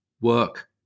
work